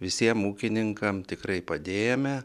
visiem ūkininkam tikrai padėjome